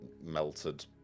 melted